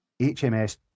hms